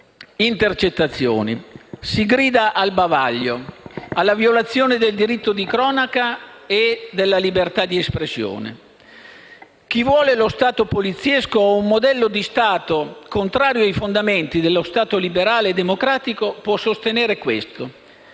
intercettazioni. Si grida al bavaglio, alla violazione del diritto di cronaca e della libertà di espressione: chi vuole lo Stato poliziesco o un modello di Stato contrario ai fondamenti dello Stato liberale e democratico può sostenere questo;